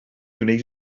gwneud